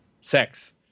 sex